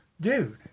dude